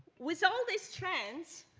with all this trends,